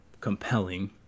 compelling